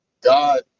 God